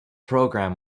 program